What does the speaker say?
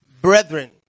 brethren